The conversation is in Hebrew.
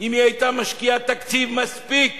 אם היא היתה משקיעה תקציב מספיק